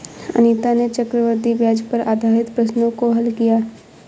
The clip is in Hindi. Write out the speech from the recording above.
अनीता ने चक्रवृद्धि ब्याज पर आधारित प्रश्नों को हल किया